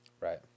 Right